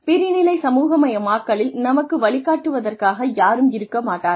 பிரிநிலை சமூகமயமாக்கலில் நமக்கு வழிகாட்டுவதற்காக யாரும் இருக்க மாட்டார்கள்